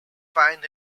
find